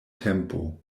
tempo